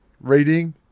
Reading